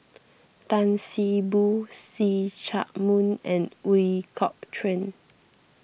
Tan See Boo See Chak Mun and Ooi Kok Chuen